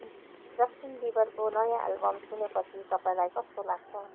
Justin बिबरको नयाँ album सुनेपछि तपाईँलाई कस्तो लाग्छ